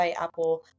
Apple